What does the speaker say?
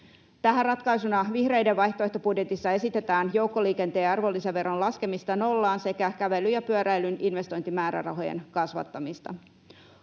Tähän ratkaisuna vihreiden vaihtoehtobudjetissa esitetään joukkoliikenteen arvonlisäveron laskemista nollaan sekä kävelyn ja pyöräilyn investointimäärärahojen kasvattamista.